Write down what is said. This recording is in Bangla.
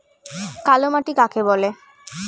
কালোমাটি কাকে বলে?